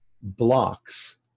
blocks